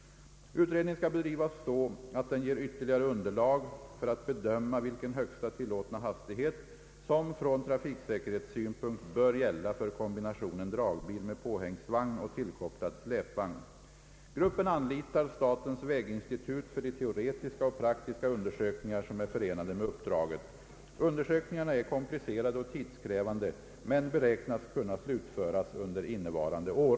Utredningen skall bedrivas så, att den ger ytterligare underlag för att bedöma vilken högsta tillåtna hastighet som från trafiksäkerhetssynpunkt bör gälla för kombinationen dragbil med påhängsvagn och tillkopplad släpvagn. Gruppen anlitar statens väginstitut för de teoretiska och praktiska undersökningar som är förenade med uppdraget. Undersökningarna är komplicerade och tidskrävande men beräknas kunna slutföras under innevarande år.